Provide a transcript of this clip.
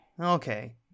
Okay